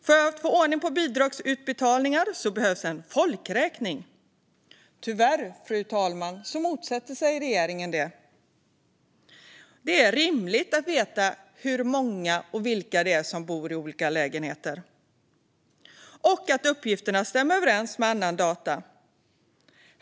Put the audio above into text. För att få ordning på bidragsutbetalningar behövs en folkräkning, fru talman, men tyvärr motsätter sig regeringen detta. Det är rimligt att veta hur många och vilka det är som bor i olika lägenheter och att uppgifterna stämmer överens med andra data.